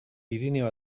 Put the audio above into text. pirinio